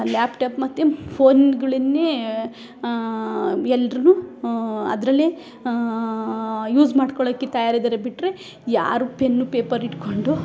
laptop ಮತ್ತು ಫೋನ್ಗಳನ್ನೆ ಎಲ್ರು ಅದರಲ್ಲೇ ಯೂಸ್ ಮಾಡ್ಕೊಳೋಕೆ ತಯಾರಿದಾರೆ ಬಿಟ್ಟರೆ ಯಾರು ಪೆನ್ನು ಪೇಪರ್ ಇಟ್ಕೊಂಡು